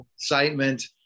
excitement